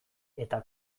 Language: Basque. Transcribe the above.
eta